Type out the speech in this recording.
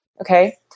Okay